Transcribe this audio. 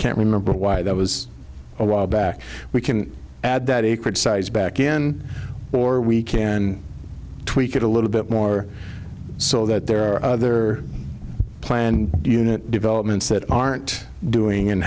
can't remember why that was a while back we can add that acreage size back in or we can tweak it a little bit more so that there are other planned unit developments that aren't doing and